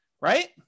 right